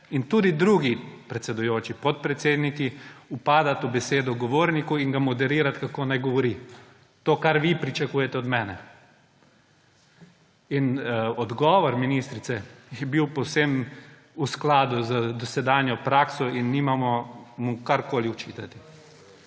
in tudi drugi predsedujoči, podpredsedniki, vpadati v besedo govorniku in ga moderirati, kako naj govori. To, kar vi pričakujete od mene. Odgovor ministrice je bil povsem v skladu z dosedanjo prakso in mu nimamo česarkoli očitati.